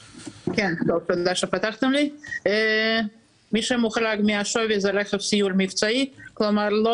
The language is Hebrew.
מי שמוחרג מהשווי זה רכב סיור מבצעי כלומר לא